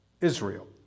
Israel